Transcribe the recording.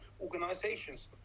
organizations